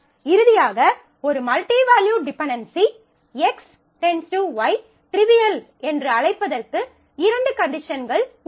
இறுதியாக ஒரு multi valued dependency MVD X → Y trivial என்று அழைப்பதற்கு இரண்டு கண்டிஷன்கள் உள்ளது